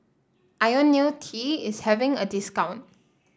IoniL T is having a discount